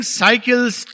cycles